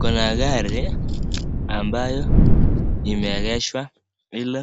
Kuna gari ambayo imeegeshwa ili